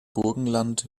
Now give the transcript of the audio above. burgenland